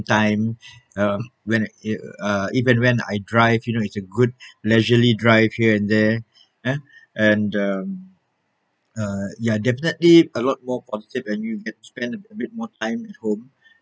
time um when it uh even when I drive you know it's a good leisurely drive here and there eh and um uh ya definitely a lot more positive and you get to spend a bit more time at home